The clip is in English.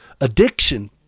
Addiction